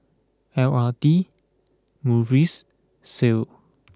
L R T Muis Sal